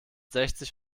sechzig